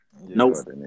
Nope